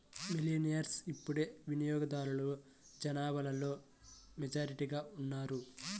millennials ఇప్పుడు వినియోగదారుల జనాభాలో మెజారిటీగా ఉన్నారు